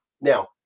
Now